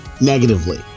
negatively